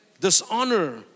Dishonor